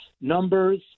numbers